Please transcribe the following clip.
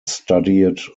studied